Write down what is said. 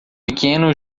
pequeno